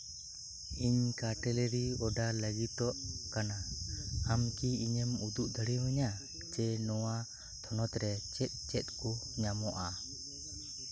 ᱤᱧ cutlery order ᱞᱟᱹᱜᱤᱫᱚᱜ ᱠᱟᱱᱟᱧ ᱟᱢ ᱠᱤ ᱤᱧᱮᱢ ᱩᱫᱩᱜ ᱫᱟᱲᱮᱭᱟᱹᱧᱼᱟ ᱡᱮ ᱱᱚᱶᱟ ᱛᱷᱚᱱᱚᱛ ᱨᱮ ᱪᱮᱫ ᱪᱮᱫ ᱠᱚ ᱧᱟᱢᱚᱜᱼᱟ